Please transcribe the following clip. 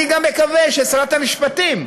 אני גם מקווה ששרת המשפטים,